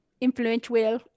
Influential